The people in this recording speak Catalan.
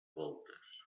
voltes